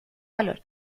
valor